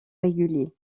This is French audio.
réguliers